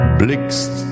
blickst